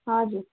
हजुर